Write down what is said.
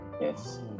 Yes